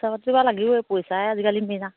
পইচা পাতিটো বাৰু লাগিবই পইচাই আজিকালি মেইন আৰু